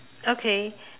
okay